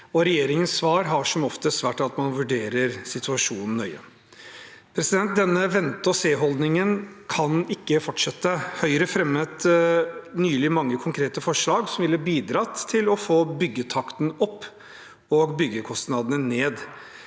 Regjeringens svar har som oftest vært at man vurderer situasjonen nøye. Denne vente-og-se-holdningen kan ikke fortsette. Høyre fremmet nylig mange konkrete forslag som ville bidratt til å få byggetakten opp og byggekostnadene ned,